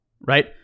right